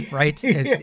right